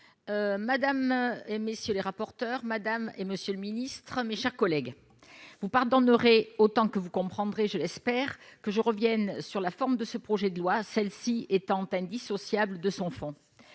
président, monsieur le ministre, madame la secrétaire d'État, mes chers collègues, vous pardonnerez autant que vous comprendrez, je l'espère, que je revienne sur la forme de ce projet de loi, celle-ci étant indissociable de son fond.